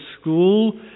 school